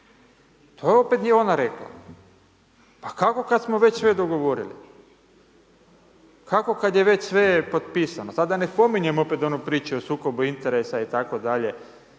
opet je ona rekla, pa kako kad smo već sve dogovorili? Kako kad je već sve potpisano, sad da opet ne spominjem onu priču o sukobu interesa i tak dalje,